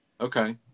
Okay